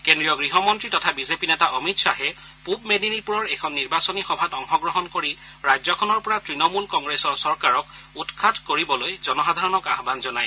কেন্দ্ৰীয় গৃহমন্ত্ৰী তথা বিজেপি নেতা অমিত খাহে প্ব মেদিনীপূৰৰ এখন নিৰ্বাচনী সভাত অংশগ্ৰহণ কৰি ৰাজ্যখনৰ পৰা তৃণমূল কংগ্ৰেছৰ চৰকাৰক উৎখাত কৰিবলৈ জনসাধাৰণক আহান জনায়